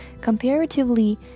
Comparatively